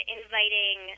inviting